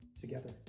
together